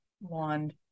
wand